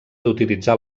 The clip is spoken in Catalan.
d’utilitzar